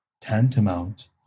tantamount